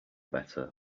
better